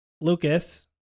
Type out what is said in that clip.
Lucas